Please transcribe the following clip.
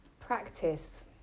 practice